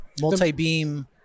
multi-beam